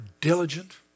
diligent